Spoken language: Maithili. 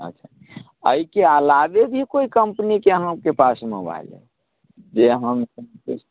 अच्छा अइके अलावे भी कोइ कम्पनीके अहाँके पास मोबाइल हए जे हम सबके